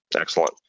Excellent